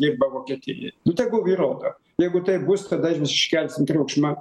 dirba vokietijai tegul įrodo jeigu taip bus tada iškelsim triukšmą